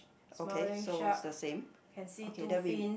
okay so is the same okay then we